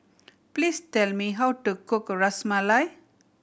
please tell me how to cook Ras Malai